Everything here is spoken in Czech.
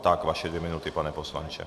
Tak vaše dvě minuty, pane poslanče.